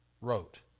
wrote